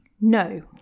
No